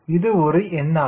இது ஒரு எண் ஆகும்